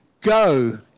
go